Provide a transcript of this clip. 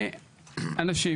ואנשים,